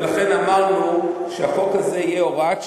ולכן אמרנו שהחוק הזה יהיה הוראת שעה,